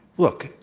look.